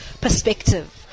perspective